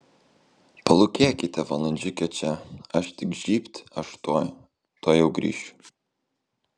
palūkėkite valandžiukę čia aš tik žybt aš tuoj tuojau grįšiu